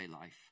life